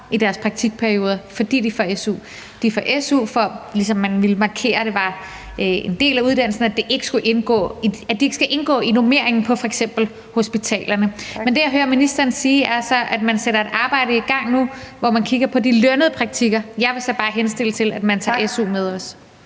i deres praktikperioder, fordi de får su. De får su, fordi man ligesom vil markere, at det er en del af uddannelsen, og at de ikke skal indgå i normeringen på f.eks. hospitalerne. Men det, jeg hører ministeren sige, er så, at man sætter et arbejde i gang nu, hvor man kigger på de lønnede praktikker. Jeg vil så bare henstille til, at man tager su med også.